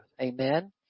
Amen